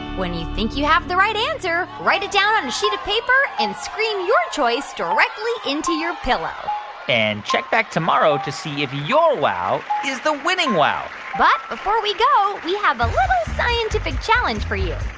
when you think you have the right answer, write it down on a sheet of paper and scream your choice directly into your pillow and check back tomorrow to see if your wow is the winning wow but before we go, we have a little scientific challenge for you.